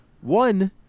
one